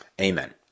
amen